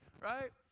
right